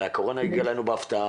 הרי הקורונה הגיעה אלינו בהפתעה,